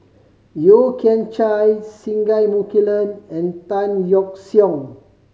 Yeo Kian Chai Singai Mukilan and Tan Yeok Seong